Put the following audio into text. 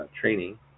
training